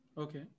Okay